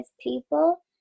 people